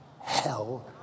hell